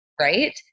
right